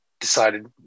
decided